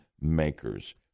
makers